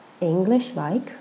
English-like